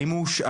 האם הוא הושעה,